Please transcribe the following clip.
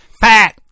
Fat